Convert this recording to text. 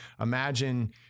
Imagine